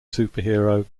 superhero